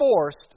forced